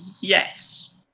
Yes